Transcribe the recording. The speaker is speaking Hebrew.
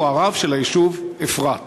הוא הרב של היישוב אפרת.